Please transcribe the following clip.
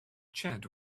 chad